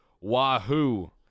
Wahoo